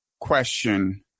question